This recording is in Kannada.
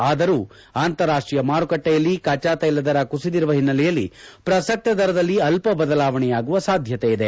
ಆದರೂ ಅಂತಾರಾಷ್ಟೀಯ ಮಾರುಕಟ್ಟೆಯಲ್ಲಿ ಕಚ್ಚಾ ತೈಲದರ ಕುಸಿದಿರುವ ಓನ್ನೆಲೆಯಲ್ಲಿ ಪ್ರಸಕ್ತ ದರದಲ್ಲಿ ಅಲ್ಲ ಬದಲಾವಣೆಯಾಗುವ ಸಾಧ್ಯತೆ ಇದೆ